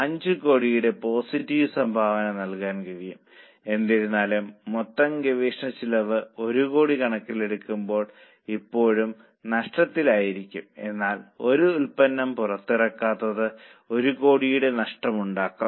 5 കോടിയുടെ പോസിറ്റീവ് സംഭാവന നൽകാൻ കഴിയും എന്നിരുന്നാലും മൊത്തം ഗവേഷണച്ചെലവ് 1 കോടി കണക്കിലെടുക്കുമ്പോൾ ഇപ്പോഴും നഷ്ടത്തിലായിരിക്കും എന്നാൽ ഒരു ഉൽപ്പന്നം പുറത്തിറക്കാത്തത് ഒരു കോടിയുടെ നഷ്ടം ഉണ്ടാക്കും